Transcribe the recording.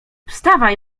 wstawaj